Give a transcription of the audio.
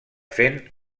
fent